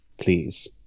please